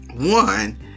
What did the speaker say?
one